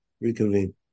reconvene